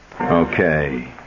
Okay